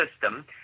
system